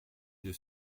deux